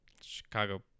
chicago